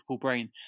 brain